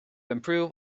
improve